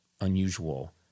unusual